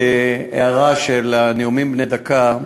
הערה על הנאומים בני דקה,